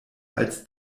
als